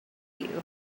you